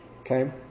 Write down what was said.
Okay